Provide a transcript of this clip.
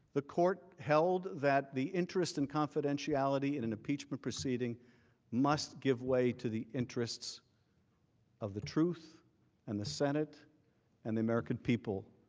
the court held that the interest in confidentiality and and impeachment proceedings must give way to the interest of the truth and the senate and the american people.